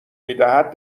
میدهد